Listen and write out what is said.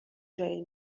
جای